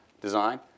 design